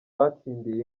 batsindiye